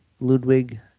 Ludwig